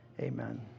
Amen